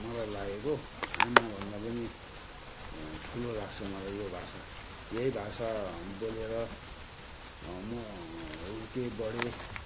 मलाई लागेको आमा भन्दा पनि ठुलो लाग्छ मलाई यो भाषा यही भाषा बोलेर म हुर्किएँ बढेँ